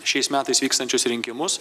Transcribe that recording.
šiais metais vyksiančius rinkimus